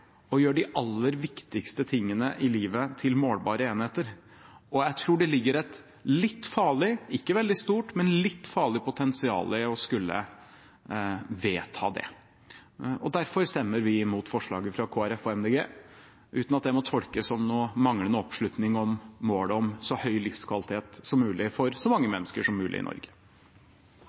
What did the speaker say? de aller viktigste tingene i livet til målbare enheter, og jeg tror det ligger et ikke veldig stort, men litt farlig potensial i å skulle vedta det. Derfor slutter vi oss ikke til representantforslaget fra Kristelig Folkeparti og Miljøpartiet De Grønne – uten at det må tolkes som en manglende oppslutning om målet om så høy livskvalitet som mulig for så mange mennesker i Norge som mulig.